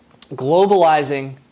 globalizing